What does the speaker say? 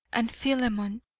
and philemon,